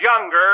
younger